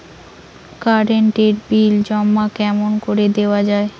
Current এর bill জমা কেমন করি দেওয়া যায়?